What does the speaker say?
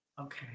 Okay